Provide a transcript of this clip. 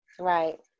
Right